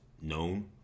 known